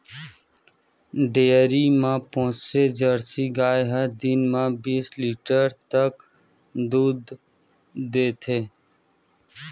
dairy म पोसे jersey गाय ह दिन म बीस लीटर तक दूद देथे